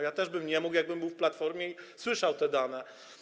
Ja też bym nie mógł, jakbym był w Platformie i słyszał te dane.